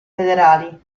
federali